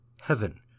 heaven